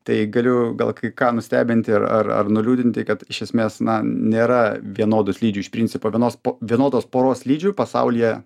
tai galiu gal kai ką nustebinti ar ar ar nuliūdinti kad iš esmės na nėra vienodų slidžių iš principo vienos po vienodos poros slidžių pasaulyje